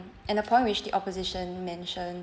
and a point which the opposition mentioned